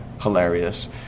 hilarious